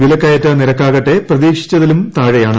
വിലക്കയറ്റ നിരക്കാകട്ടെ പ്രതീക്ഷിച്ചതിലും താഴെയാണ്